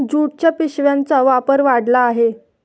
ज्यूटच्या पिशव्यांचा वापर वाढला आहे